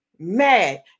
mad